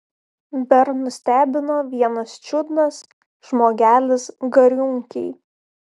dar nustebino vienas čiudnas žmogelis gariūnkėj